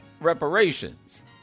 reparations